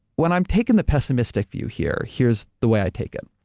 when i'm taking the pessimistic view here, here's the way i take it.